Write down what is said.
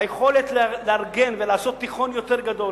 היכולת לארגן ולעשות תיכון יותר גדול,